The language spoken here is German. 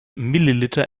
milliliter